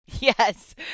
Yes